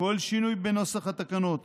כל שינוי בנוסח התקנות,